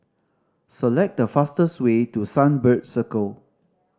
select the fastest way to Sunbird Circle